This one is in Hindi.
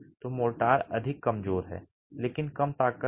तो मोर्टार अधिक कमजोर है लेकिन कम ताकत का